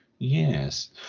yes